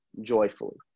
joyfully